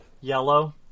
yellow